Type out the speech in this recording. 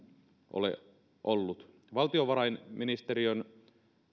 ole ollut valtiovarainministeriön